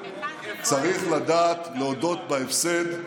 צריך לדעת להודות בהפסד,